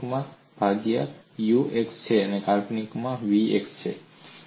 વાસ્તવિક ભાગ u x y છે કાલ્પનિક ભાગ v x y છે